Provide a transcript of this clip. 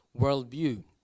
worldview